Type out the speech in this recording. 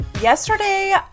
Yesterday